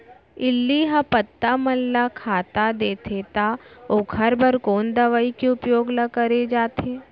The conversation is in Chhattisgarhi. इल्ली ह पत्ता मन ला खाता देथे त ओखर बर कोन दवई के उपयोग ल करे जाथे?